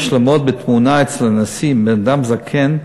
לעמוד בתמונה אצל הנשיא עם בן-אדם זקן,